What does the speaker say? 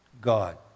God